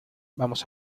vamos